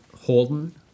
Holden